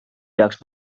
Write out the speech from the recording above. peaks